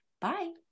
Bye